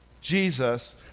Jesus